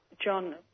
John